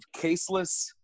caseless